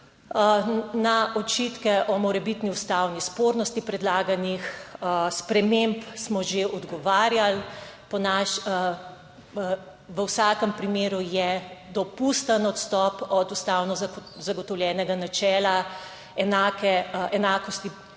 Na očitke o morebitni ustavni spornosti predlaganih sprememb smo že odgovarjali. V vsakem primeru je dopusten odstop od ustavno zagotovljenega načela enake